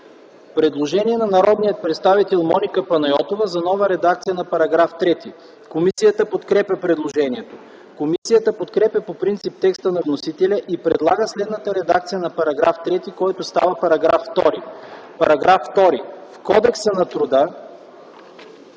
Предложение на народния представител Моника Панайотова за нова редакция на § 3. Комисията подкрепя предложението. Комисията подкрепя по принцип текста на вносителя и предлага следната редакция на § 3, който става § 2: „§ 2. В Кодекса на труда